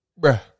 bruh